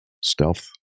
Stealth